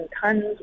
tons